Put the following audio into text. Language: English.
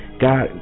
God